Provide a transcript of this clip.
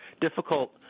difficult